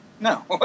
No